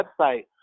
website